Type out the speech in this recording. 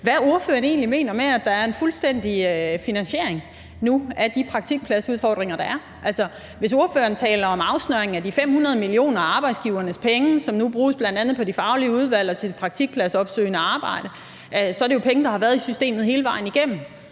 hvad han egentlig mener med, at der nu er en fuldstændig finansiering af de praktikpladsudfordringer, der er. Altså, hvis ordføreren taler om afsnøringen af de 500 mio. kr. af arbejdsgivernes penge, som nu bl.a. bruges på de faglige udvalg og til det praktikpladsopsøgende arbejde, så er der jo tale om penge, der har været i systemet hele vejen igennem.